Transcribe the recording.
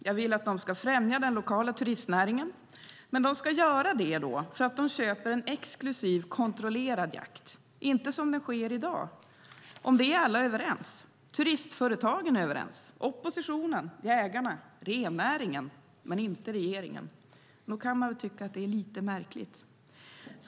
Jag vill att de ska främja den lokala turistnäringen. Men då ska de göra det för att de köper en exklusiv, kontrollerad jakt - inte som den sker i dag. Om det är alla överens. Turistföretagen, oppositionen, jägarna och rennäringen är överens - men inte regeringen. Nog kan man tycka att det är lite märkligt.